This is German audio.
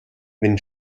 wenn